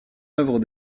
œuvre